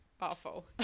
awful